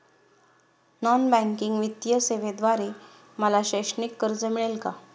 Non banking वित्तीय सेवेद्वारे मला शैक्षणिक कर्ज मिळेल का?